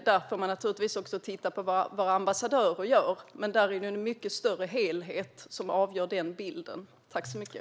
Där får man naturligtvis också titta på vad ambassadörer gör, men det är en mycket större helhet som avgör hur den bilden ser ut.